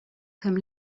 comme